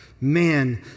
Man